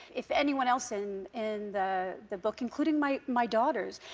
if anyone else in in the the book, including my my daughters,